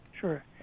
Sure